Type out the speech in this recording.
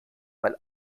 weil